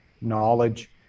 knowledge